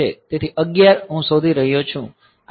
તેથી 11 હું શોધી રહ્યો છું